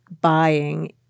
buying